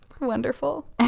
Wonderful